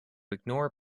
ignore